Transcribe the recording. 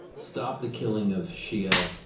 stop the killing of shia,